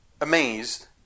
amazed